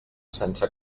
sense